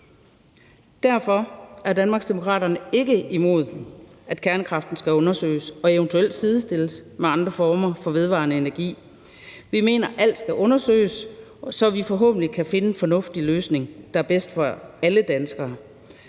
Derfor er Danmarksdemokraterne ikke imod, at kernekraften skal undersøges og eventuelt sidestilles med andre former for vedvarende energi. Vi mener, at alt skal undersøges, så vi forhåbentlig kan finde en fornuftig løsning, der er bedst for alle danskere.